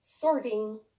sorting